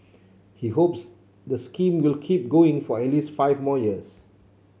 he hopes the scheme will keep going for at least five more years